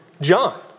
John